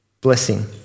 blessing